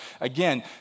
Again